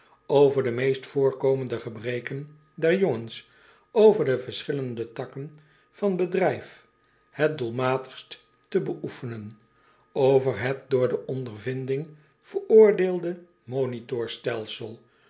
over de meest voorkomende gebreken der jongens over de verschillende takken van bedrijf het doelmatigst te beoefenen over het door de ondervinding veroordeelde